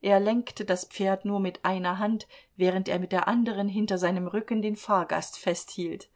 er lenkte das pferd nur mit einer hand während er mit der anderen hinter seinem rücken den fahrgast festhielt